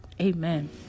amen